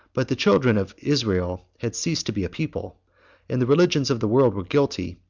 but the children of israel had ceased to be a people and the religions of the world were guilty,